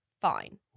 Fine